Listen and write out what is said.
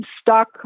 stuck